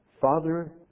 Father